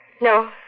No